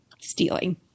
stealing